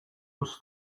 was